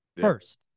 First